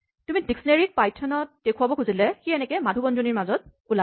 তুমি ডিস্কনেৰীঅভিধানক পাইথনত দেখুৱাব খুজিলে সি এনেকে মাজু বন্ধনীৰ মাজত ওলাব